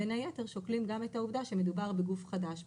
בין היתר שוקלים גם את העובדה שמדובר בגוף חדש,